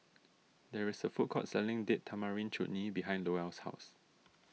there is a food court selling Date Tamarind Chutney behind Lowell's house